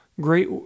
great